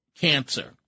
cancer